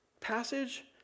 passage